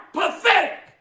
pathetic